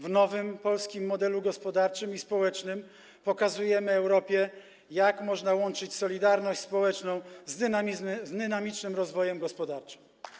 W nowym polskim modelu gospodarczym i społecznym pokazujemy Europie, jak można łączyć solidarność społeczną z dynamicznym rozwojem gospodarczym.